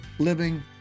living